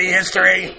history